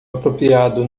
apropriado